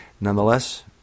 nonetheless